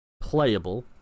Playable